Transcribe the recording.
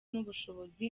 n’ubushobozi